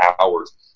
hours